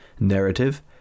Narrative